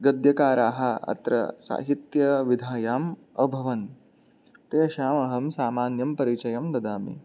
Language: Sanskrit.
गद्यकाराः अत्र साहित्यविधायाम् अभवन् तेषाम् अहं सामान्य परिचयं वदामि